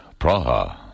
Praha